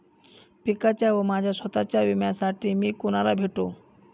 पिकाच्या व माझ्या स्वत:च्या विम्यासाठी मी कुणाला भेटू?